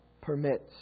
permits